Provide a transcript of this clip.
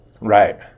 Right